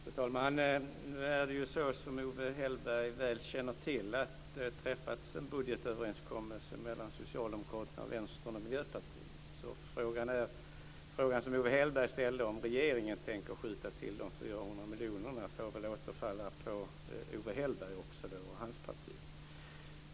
Fru talman! Nu är det ju så, som Owe Hellberg väl känner till, att det har träffats en budgetöverenskommelse mellan Socialdemokraterna, Vänstern och Miljöpartiet. Så den fråga som Owe Hellberg ställer om regeringen tänker skjuta till de 400 miljonerna får väl då också falla tillbaka på Owe Hellberg och hans parti.